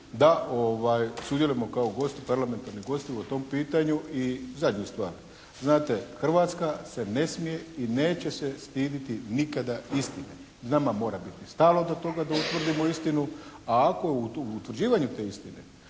da sudjelujemo kao gosti, parlamentarni gosti o tom pitanju. I zadnja stvar, znate Hrvatska se ne smije i neće se stiditi nikada istine. Nama mora biti stalno do toga da utvrdimo istinu a ako u tu, u utvrđivanju te istine